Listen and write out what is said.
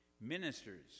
Ministers